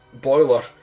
boiler